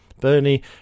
Bernie